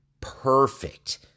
perfect